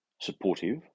supportive